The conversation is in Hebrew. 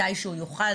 מתי שהוא יוכל.